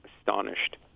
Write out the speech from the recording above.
astonished